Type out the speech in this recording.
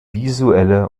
visuelle